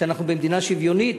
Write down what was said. שאנחנו במדינה שוויונית,